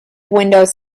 windows